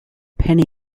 penny